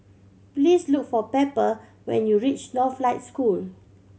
please look for Pepper when you reach Northlight School